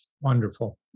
Wonderful